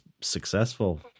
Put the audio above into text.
successful